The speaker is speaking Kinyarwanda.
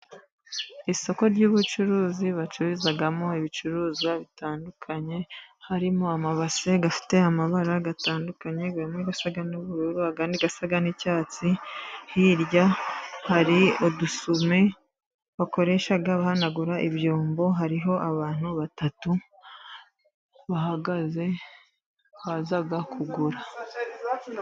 Isoko ry'ubucuruzi bacururizamo ibicuruzwa bitandukanye, harimo amabase afite amabara atandukanye amwe asa n'ubururu, andi asa n'icyatsi, hirya hari udusume bakoresha bahanagura ibyombo, hariho abantu batatu bahagaze baza kugura.